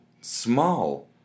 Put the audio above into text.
small